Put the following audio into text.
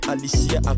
Alicia